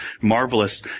marvelous